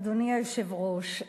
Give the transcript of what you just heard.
אדוני היושב-ראש,